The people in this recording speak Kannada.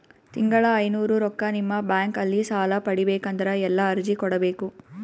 ತಿಂಗಳ ಐನೂರು ರೊಕ್ಕ ನಿಮ್ಮ ಬ್ಯಾಂಕ್ ಅಲ್ಲಿ ಸಾಲ ಪಡಿಬೇಕಂದರ ಎಲ್ಲ ಅರ್ಜಿ ಕೊಡಬೇಕು?